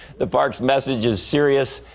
the park's message is serious,